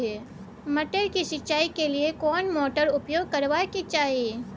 मटर के सिंचाई के लिये केना मोटर उपयोग करबा के चाही?